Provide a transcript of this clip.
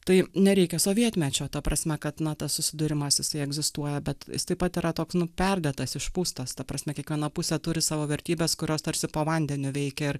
tai nereikia sovietmečio ta prasme kad na susidūrimas jisai egzistuoja bet jis taip pat yra toks nu perdėtas išpūstas ta prasme kiekviena pusė turi savo vertybes kurios tarsi po vandeniu veikia ir